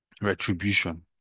retribution